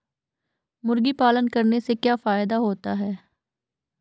मुर्गी पालन करने से क्या फायदा होता है?